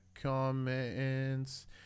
comments